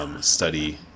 study